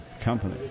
company